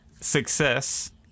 success